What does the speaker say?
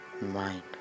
mind